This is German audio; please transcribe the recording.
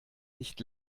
nicht